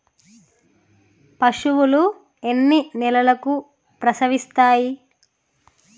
పశువులు ఎన్ని నెలలకు ప్రసవిస్తాయి?